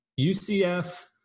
UCF